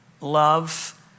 love